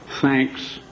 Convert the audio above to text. Thanks